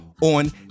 on